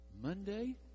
Monday